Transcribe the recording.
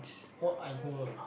what I go on